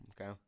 okay